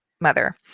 mother